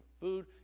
food